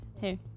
Hey